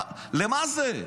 למה זה?